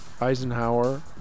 Eisenhower